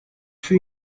für